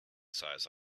size